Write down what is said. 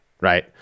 right